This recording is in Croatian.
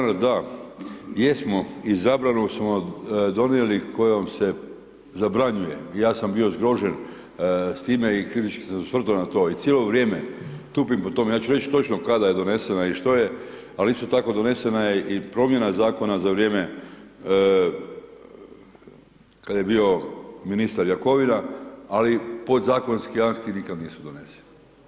A kolega …/nerazumljivo/… da jesmo i zabranu smo donijeli kojom se zabranjuje, ja sam bio zgrožen s time i kritički se osvrto na to i cijelo vrijeme tupim po tome, ja ću reći točno kada je donesena i što je, ali isto tako donesena je i promjena zakona za vrijeme kad je bio ministar Jakovina, ali podzakonski akti nikad nisu doneseni.